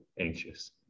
anxious